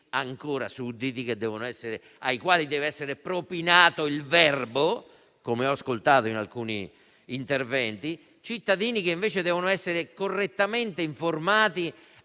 ancora sudditi, ai quali deve essere propinato il verbo (come ho ascoltato in alcuni interventi)? I cittadini, invece, devono essere correttamente informati